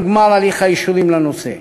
עם גמר הליך האישורים בנושא.